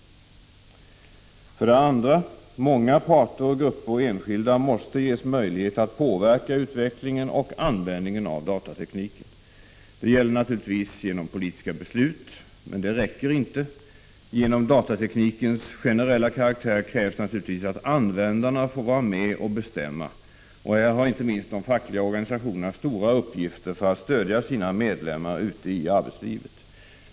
2. Många parter, grupper och enskilda måste ges möjlighet att påverka utvecklingen och användningen av datatekniken. Det gäller naturligtvis genom politiska beslut, men det räcker inte. På grund av datateknikens generella karaktär krävs naturligtvis att användarna får vara med och bestämma. Här har inte minst de fackliga organisationerna stora uppgifter att fylla för att stödja sina medlemmar ute i arbetslivet.